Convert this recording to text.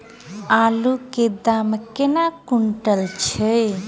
आलु केँ दाम केना कुनटल छैय?